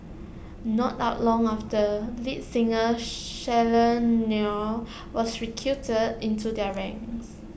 not out long after lead singer Shirley Nair was recruited into their ranks